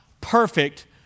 perfect